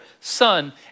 son